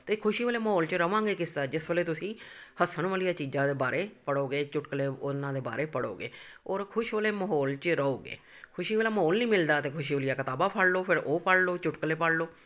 ਅਤੇ ਖੁਸ਼ੀ ਵਾਲੇ ਮਾਹੌਲ 'ਚ ਰਵਾਂਗੇ ਕਿਸ ਤਰ੍ਹਾਂ ਜਿਸ ਵੇਲੇ ਤੁਸੀਂ ਹੱਸਣ ਵਾਲੀਆਂ ਚੀਜ਼ਾਂ ਦੇ ਬਾਰੇ ਪੜ੍ਹੋਗੇ ਚੁਟਕਲੇ ਉਹਨਾਂ ਦੇ ਬਾਰੇ ਪੜ੍ਹੋਗੇ ਔਰ ਖੁਸ਼ ਵਾਲੇ ਮਾਹੌਲ 'ਚ ਰਹੋਗੇ ਖੁਸ਼ੀ ਵਾਲਾ ਮਾਹੌਲ ਨਹੀਂ ਮਿਲਦਾ ਤਾਂ ਖੁਸ਼ੀ ਵਾਲੀਆਂ ਕਿਤਾਬਾਂ ਫੜ੍ਹ ਲਉ ਫਿਰ ਉਹ ਪੜ੍ਹ ਲਉ ਚੁਟਕਲੇ ਪੜ੍ਹ ਲਉ